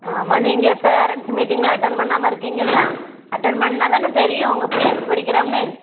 ஆமாம் நீங்கள் பேரண்ட்ஸ் மீட்டிங்கில் அட்டன் பண்ணாமல் இருக்கீங்கள்ல அட்டன் பண்ணால் தானே தெரியும் உங்கள் பிள்ள எப்படி படிக்கிறான்னு